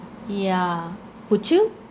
yeah would you